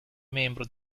membro